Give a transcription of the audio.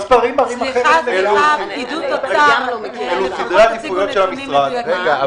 פקידות אוצר, לפחות תציגו נתונים מדויקים.